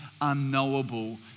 unknowable